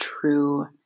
true